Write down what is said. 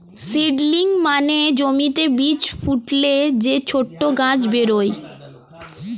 seedling মানে জমিতে বীজ ফুটলে যে ছোট গাছ বেরোয়